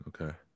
Okay